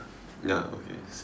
ya okay same